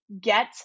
get